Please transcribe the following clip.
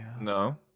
no